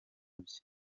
bye